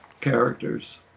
characters